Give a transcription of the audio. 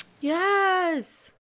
Yes